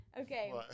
Okay